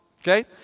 Okay